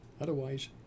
Otherwise